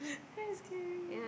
very scary